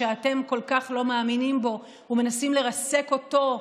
שאתם כל כך לא מאמינים בו ומנסים לרסק אותו,